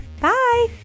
Bye